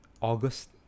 August